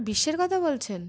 বিশ্বের কথা বলছেন